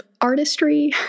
artistry